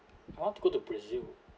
I want to go to brazil